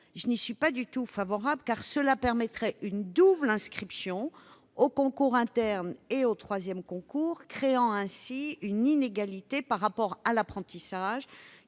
Je n'y suis pas du tout favorable, car cela autoriserait une « double inscription » aux concours internes et aux troisièmes concours, créant ainsi une inégalité par rapport à l'apprentissage,